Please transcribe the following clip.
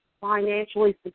financially